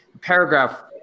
Paragraph